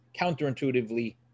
counterintuitively